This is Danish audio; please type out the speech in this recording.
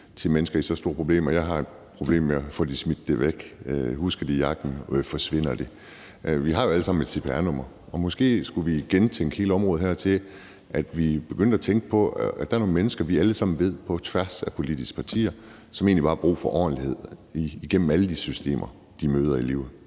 til mennesker i så store problemer. Man kan have et problem med at få smidt det væk, med at huske det i jakken og med, at det forsvinder. Vi har jo alle sammen et cpr-nummer, og måske skulle vi gentænke hele området her, så vi begyndte at tænke på, at der er nogle mennesker, som vi alle sammen på tværs af politiske partier ved egentlig bare har brug for ordentlighed i alle de systemer, de møder i livet.